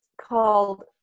called